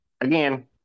again